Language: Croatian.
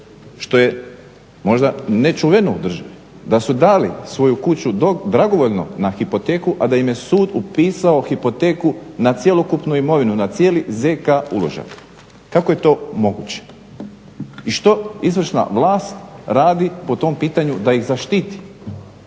što je možda nečuveno u državi, da su dali svoju kuću dragovoljno na hipoteku a da im je sud upisao hipoteku na cjelokupnu imovinu, na cijeli zk uložak, kako je to moguće? I što izvršna vlast radi po tom pitanju da ih zaštiti?